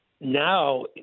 Now